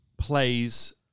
plays